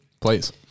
Please